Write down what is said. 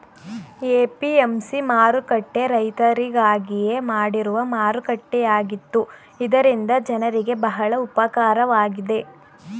APMC ಮಾರುಕಟ್ಟೆ ರೈತರಿಗಾಗಿಯೇ ಮಾಡಿರುವ ಮಾರುಕಟ್ಟೆಯಾಗಿತ್ತು ಇದರಿಂದ ಜನರಿಗೆ ಬಹಳ ಉಪಕಾರವಾಗಿದೆ